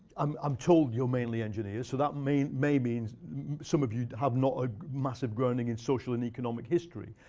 um i'm told you're mainly engineers, so that may may mean some of you have not a massive groaning in social and economic history.